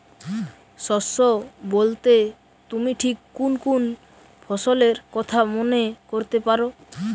শস্য বোলতে তুমি ঠিক কুন কুন ফসলের কথা মনে করতে পার?